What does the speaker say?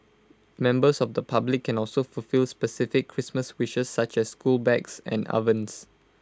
members of the public can also fulfil specific Christmas wishes such as school bags and ovens